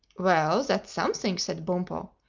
well, that's something! said bumpo.